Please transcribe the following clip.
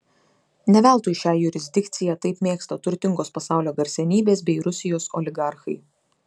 ne veltui šią jurisdikciją taip mėgsta turtingos pasaulio garsenybės bei rusijos oligarchai